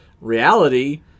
reality